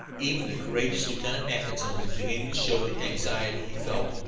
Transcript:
even the courageous lieutenant mackinson was beginning to show the anxiety he felt,